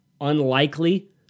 unlikely